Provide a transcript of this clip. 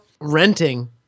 renting